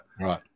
Right